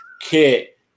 kit